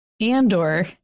Andor